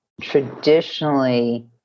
traditionally